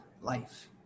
life